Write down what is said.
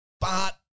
But-